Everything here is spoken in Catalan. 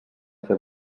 fer